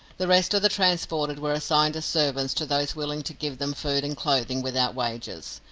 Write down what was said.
the rest of the transported were assigned as servants to those willing to give them food and clothing without wages.